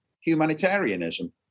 humanitarianism